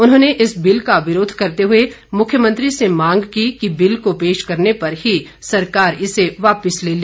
उन्होंने इस बिल का विरोध करते हुए मुख्यमंत्री से मांग की कि बिल को पेश करने पर ही सरकार इसे वापस ले ले